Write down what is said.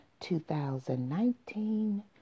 2019